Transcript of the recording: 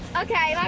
ok.